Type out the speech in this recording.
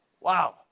wow